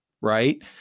right